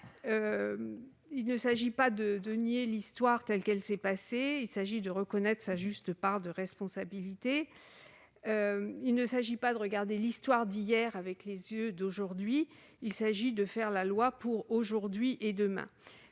il ne s'agit pas de nier l'histoire telle qu'elle s'est passée, seulement de reconnaître une juste part de responsabilité. Il convient non pas de regarder l'histoire d'hier avec les yeux d'aujourd'hui, mais de légiférer pour aujourd'hui et demain.